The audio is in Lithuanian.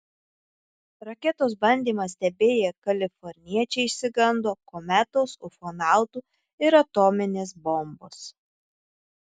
raketos bandymą stebėję kaliforniečiai išsigando kometos ufonautų ir atominės bombos